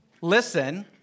listen